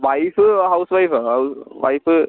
wife house വൈഫാണ് അത് wife